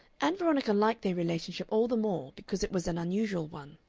ann veronica liked their relationship all the more because it was an unusual one.